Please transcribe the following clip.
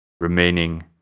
remaining